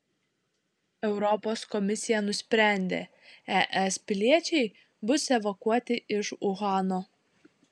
europos komisija nusprendė es piliečiai bus evakuoti iš uhano